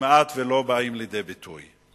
כמעט לא באים לידי ביטוי.